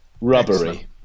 Rubbery